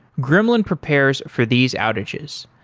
gremlin prepares for these outages.